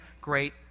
great